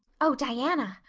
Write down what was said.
oh, diana,